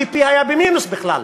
ה-GDP היה במינוס בכלל.